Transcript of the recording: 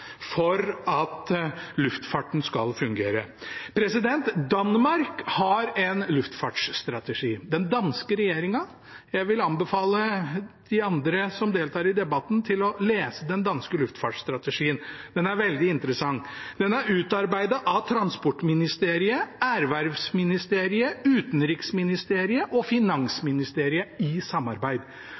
for at luftfarten skal fungere. Danmark har en luftfartsstrategi. Jeg vil anbefale dem som deltar i debatten, å lese den danske luftfartsstrategien, for den er veldig interessant. Den er utarbeidet av Transportministeriet, Erhvervsministeriet, Udenrigsministeriet og Finansministeriet i samarbeid.